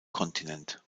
kontinent